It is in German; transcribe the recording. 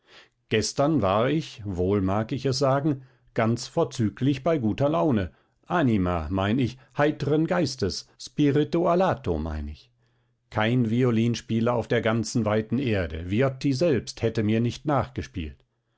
gestern war ich wohl mag ich es sagen ganz vorzüglich bei guter laune anima mein ich heitren geistes spirito alato mein ich kein violinspieler auf der ganzen weiten erde viotti selbst hätte mir nicht nachgespielt